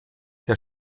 der